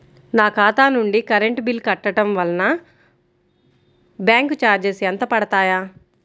నా ఖాతా నుండి కరెంట్ బిల్ కట్టడం వలన బ్యాంకు చార్జెస్ ఎంత పడతాయా?